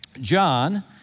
John